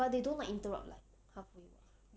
but they don't like interrupt like halfway [what]